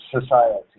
society